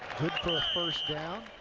good for a first down.